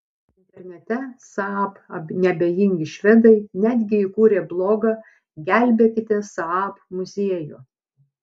internete saab neabejingi švedai netgi įkūrė blogą gelbėkite saab muziejų